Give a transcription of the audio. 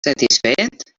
satisfet